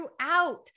throughout